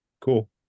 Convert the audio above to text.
cool